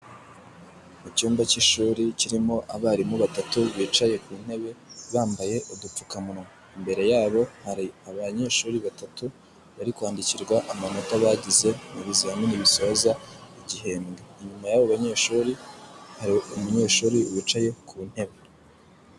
Mu cyumba cy'ishuri kirimo abarimu batatu bicaye ku ntebe bambaye udupfukamunwa, imbere yabo hari abanyeshuri batatu bari kwandikirwa amanota bagize mu bizamini bisoza igihembwe, inyuma y'abo banyeshuri hari umunyeshuri wicaye ku ntebe.